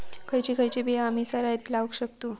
खयची खयची बिया आम्ही सरायत लावक शकतु?